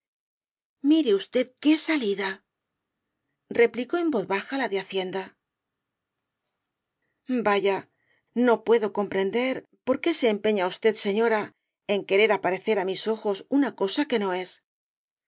mire usted qué salida replicó en voz baja la de hacienda vaya no puedo comprender por qué se empeña usted señora en querer aparecer á mis ojos una cosa que no